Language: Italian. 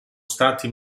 stati